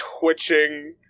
twitching